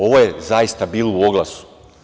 Ovo je zaista bilo u oglasu.